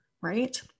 right